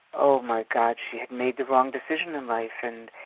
oh my god, she had made the wrong decision in life and,